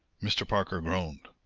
mr. parker groaned.